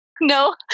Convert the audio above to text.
No